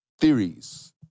theories